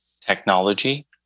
technology